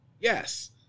yes